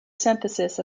synthesis